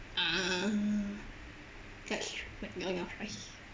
ah that's true ya ya fries